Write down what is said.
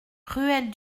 ruelle